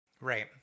Right